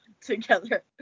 Together